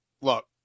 Look